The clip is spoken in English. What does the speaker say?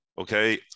okay